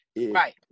Right